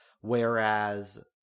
whereas